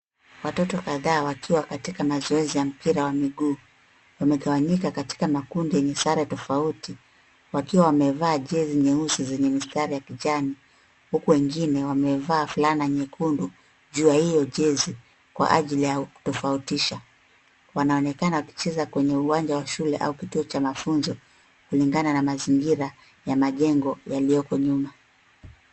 Watoto kadhaa wakiwa katika mazoezi ya mpira wa miguu, wamegawanyika katika makundi yenye sare tofauti, wakiwa wamevaa jezi nyeusi zenye mistari ya kijani, huku wengine wamevaa fulana nyekundu, juu ya iyo jezi kwa ajili yao kutofautisha. Wanaonekana wakicheza kwenye uwanja wa shule au kituo cha mafunzo, kulingana na mazingira ya majengo yalioko nyuma.